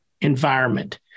environment